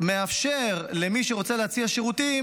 שמאפשר למי שרוצה להציע שירותים,